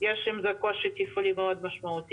יש עם זה קושי תפעולי מאוד משמעותי.